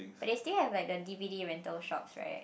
but there still have like the d_v_d rental shops right